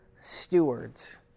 stewards